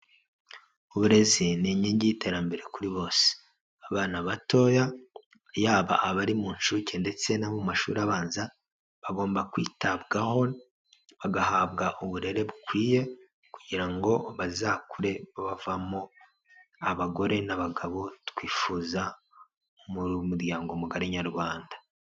Uburezi ni inkingi y'iterambere kuri bose. Abana batoya, yaba abari mu nshuke ndetse no mu mashuri abanza bagomba kwitabwaho, bagahabwa uburere bukwiye kugira ngo bazakure bavamo abagore n'abagabo twifuza mu muryango mugari nyarwanda.